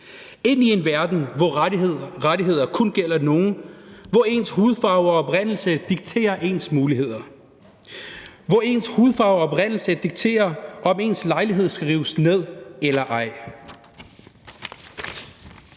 ind i en verden, hvor rettigheder kun gælder for nogle, hvor ens hudfarve og oprindelse dikterer ens muligheder. Hvor ens hudfarve og oprindelse dikterer, om ens lejlighed skal rives ned eller ej.